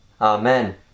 Amen